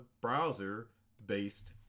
browser-based